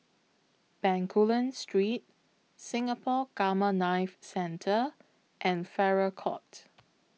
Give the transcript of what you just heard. Bencoolen Street Singapore Gamma Knife Centre and Farrer Court